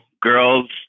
Girls